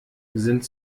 sind